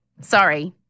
Sorry